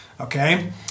okay